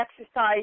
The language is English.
exercise